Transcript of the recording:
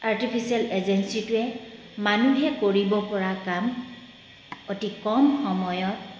artificial ইন্টেলিজেন্সে মানুহে কৰিব পৰা কাম অতি কম সময়ত